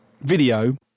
video